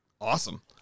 Awesome